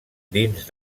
dins